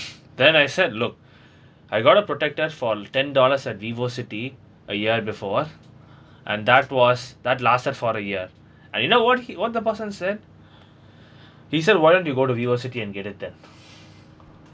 then I said look I got a protector for ten dollars at vivocity a year before and that was that lasted for a year and you know what he what the person said he said why don't you go to vivocity and get it done